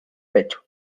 pecho